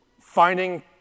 finding